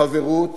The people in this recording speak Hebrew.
חברות